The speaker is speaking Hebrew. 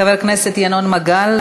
חבר הכנסת ינון מגל,